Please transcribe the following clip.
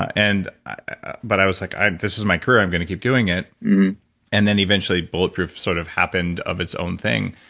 and ah but i was like, this is my career, i'm going to keep doing it and then eventually, bulletproof sort of happened of its own thing.